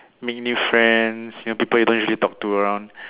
meet new friends you know people you don't usually talk to around